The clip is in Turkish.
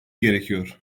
gerekiyor